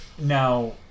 Now